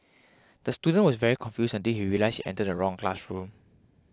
the student was very confused until he realised he entered the wrong classroom